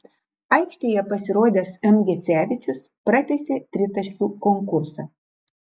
aikštėje pasirodęs m gecevičius pratęsė tritaškių konkursą